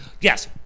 Yes